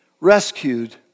rescued